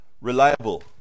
reliable